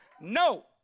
No